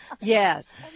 Yes